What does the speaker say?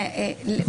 לומר?